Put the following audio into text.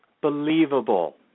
believable